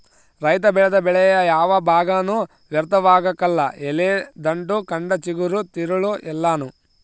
ರೈತ ಬೆಳೆದ ಬೆಳೆಯ ಯಾವ ಭಾಗನೂ ವ್ಯರ್ಥವಾಗಕಲ್ಲ ಎಲೆ ದಂಟು ಕಂಡ ಚಿಗುರು ತಿರುಳು ಎಲ್ಲಾನೂ